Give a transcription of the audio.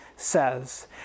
says